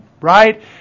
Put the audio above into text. right